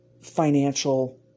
financial